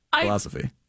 philosophy